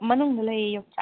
ꯃꯅꯨꯡꯗ ꯂꯩꯌꯦ ꯌꯣꯡꯆꯥꯛ